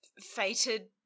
fated